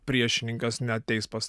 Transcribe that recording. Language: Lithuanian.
priešininkas neateis pas